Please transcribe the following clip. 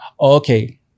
okay